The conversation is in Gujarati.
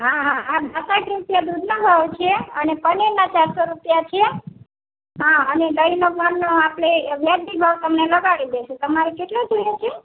હા હા હા બાસઠ રૂપિયા દૂધનો ભાવ છે અને પનીરના ચારસો રૂપિયા છે હા અને દહીંનો ભાવ તો આપણે વ્યાજબી ભાવ તમને લગાડી દઈશું તમારે કેટલું જોઈએ છે